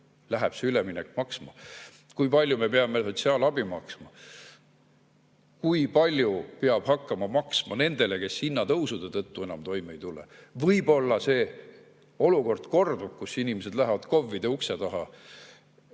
läheb see üleminek maksma! Kui palju me peame sotsiaalabi maksma? Kui palju peab hakkama maksma nendele, kes hinnatõusude tõttu enam toime ei tule? Võib-olla kordub olukord, kus inimesed lähevad KOV-ide ukse taha